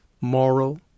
moral